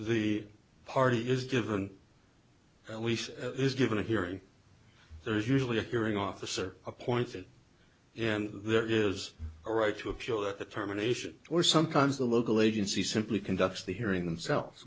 the party is given at least is given a hearing there is usually a hearing officer appointed and there is a right to appeal that terminations or sometimes the local agency simply conducts the hearing themselves